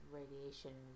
radiation